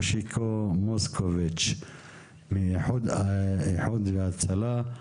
מושיקו מוסקוביץ מאיחוד והצלה.